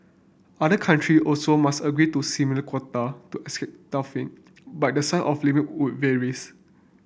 other country also must agree to similar quota to escape tariff but the size of limit would varies